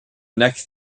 next